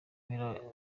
mpera